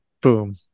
boom